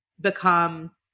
become